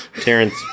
Terrence